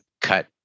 cut